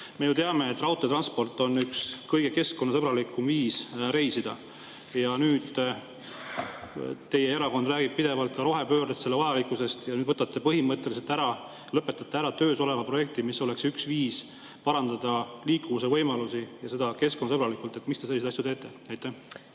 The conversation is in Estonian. Me ju teame, et raudteetransport on üks keskkonnasõbralikumaid viise reisida. Teie erakond räägib pidevalt rohepöördest, selle vajalikkusest, aga nüüd te võtate põhimõtteliselt ära, lõpetate ära töös oleva projekti, mis oleks üks viis parandada liikuvuse võimalusi, ja seda keskkonnasõbralikult. Miks te selliseid asju teete? Aitäh!